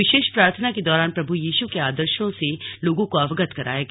विशेष प्रार्थना के दौरान प्रभु यीशु के आदर्शों से लोगों को अवगत कराया गया